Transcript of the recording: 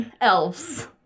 Elves